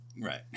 Right